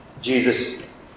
Jesus